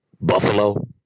Buffalo